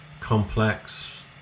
complex